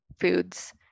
foods